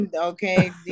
Okay